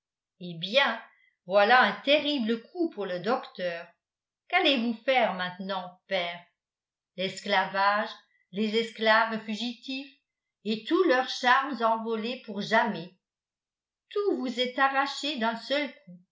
eh bien voilà un terrible coup pour le docteur qu'allez-vous faire maintenant père l'esclavage les esclaves fugitifs et tous leurs charmes envolés pour jamais tout vous est arraché d'un seul coup